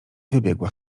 wybiegła